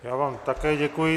Já vám také děkuji.